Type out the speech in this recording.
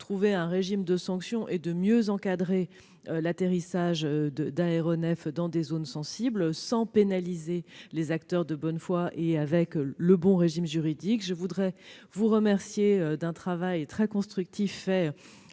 un régime de sanctions et de mieux encadrer l'atterrissage d'aéronefs dans des zones sensibles, sans pénaliser les acteurs de bonne foi et avec le bon régime juridique. Je veux saluer le travail très constructif mené